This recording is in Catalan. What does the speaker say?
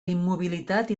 immobilitat